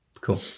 cool